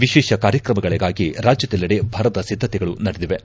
ವಿಶೇಷ ಕಾರ್ಯಕ್ರಮಗಳಿಗಾಗಿ ರಾಜ್ಯದೆಲ್ಲೆಡೆ ಭರದ ಸಿದ್ದತೆಗಳು ನಡೆದಿವೆ